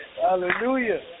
hallelujah